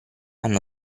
hanno